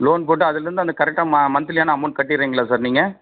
loan போட்டு அதுலிருந்து அந்த கரெக்டாக மந்த்லியான அமௌண்ட் கட்டிறீங்களா சார் நீங்கள்